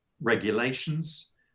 regulations